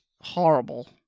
Horrible